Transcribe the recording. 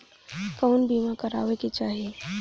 कउन बीमा करावें के चाही?